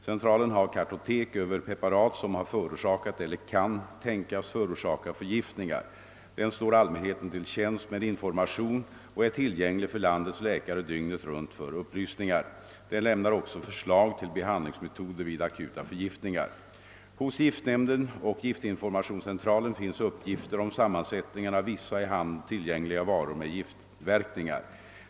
Centralen har kartotek över preparat som har förorsakat eller kan tänkas förorsaka förgiftningar: Den står allmänheten till tjänst med information och är tillgänglig för landets läkare dygnet runt för upplysningar. Den lämnar också förslag till behandlingsmetoder vid akuta förgiftningar. Hos giftnämnden och giftinformationscentralen finns uppgifter om sammansättningen av vissa i handeln tillgängliga varor med giftverkningar.